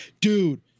dude